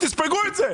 תספגו את זה.